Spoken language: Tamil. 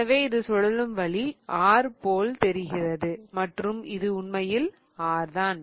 எனவே இது சுழலும் வழி R போல் தெரிகிறது மற்றும் இது உண்மையில் R தான்